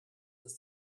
das